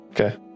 Okay